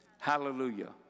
Hallelujah